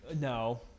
No